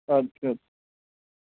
ادٕ کیاہ